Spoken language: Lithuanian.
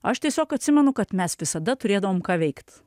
aš tiesiog atsimenu kad mes visada turėdavom ką veikt